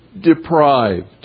deprived